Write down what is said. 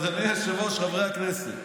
אדוני היושב-ראש, חברי הכנסת,